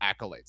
accolades